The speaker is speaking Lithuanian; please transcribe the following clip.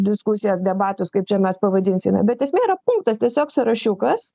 diskusijas debatus kaip čia mes pavadinsime bet esmė yra punktas tiesiog sąrašiukas